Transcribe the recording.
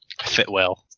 Fitwell